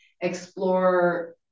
explore